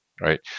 Right